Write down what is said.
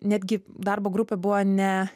netgi darbo grupė buvo ne